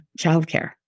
childcare